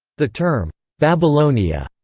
the term babylonia,